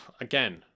again